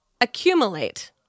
accumulate